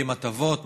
מבטיחים הטבות,